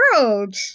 world